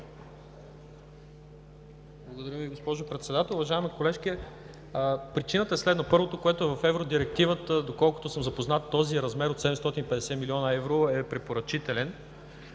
Благодаря Ви, госпожо Председател. Уважаема колежке, причината е следната: първото, което е, в Евродирективата, доколкото съм запознат, този размер от 750 млн. евро е препоръчителен.